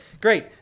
Great